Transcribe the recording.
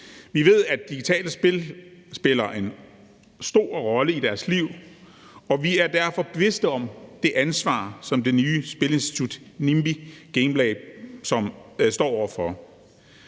Vi ved, at digitale spil spiller en stor rolle i deres liv, og vi er derfor bevidste om det ansvar, som det nye spilinstitut Nimbi Gamelab står over for.